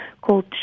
called